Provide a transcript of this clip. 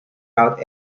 out